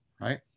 Right